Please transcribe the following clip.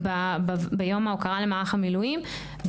ביום ההוקרה למערך המילואים,